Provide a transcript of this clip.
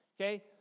Okay